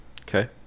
Okay